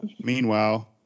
Meanwhile